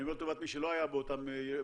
אני אומר לטובת מי שלא היה באותן ישיבות,